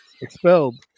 expelled